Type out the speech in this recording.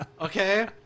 Okay